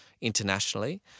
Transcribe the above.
internationally